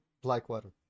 Blackwater